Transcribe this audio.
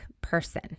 person